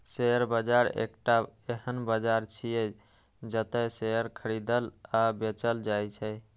share बाजार एकटा एहन बाजार छियै, जतय शेयर खरीदल आ बेचल जाइ छै